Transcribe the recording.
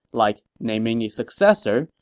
like naming a successor,